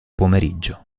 pomeriggio